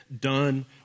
done